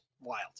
wild